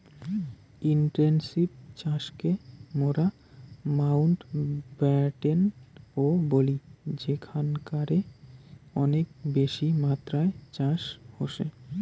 intensive চাষকে মোরা Mountbatten ও বলি যেখানকারে অনেক বেশি মাত্রায় চাষ হসে